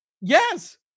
yes